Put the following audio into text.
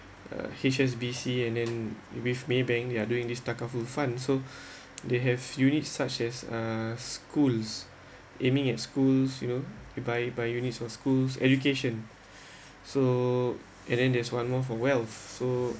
uh H_S_B_C and then with Maybank they're doing this takaful fund so they have unit such as uh schools aiming at schools you know by units by units for schools education so and then there's one more for wealth so